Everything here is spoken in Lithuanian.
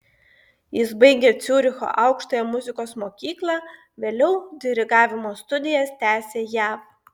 jis baigė ciuricho aukštąją muzikos mokyklą vėliau dirigavimo studijas tęsė jav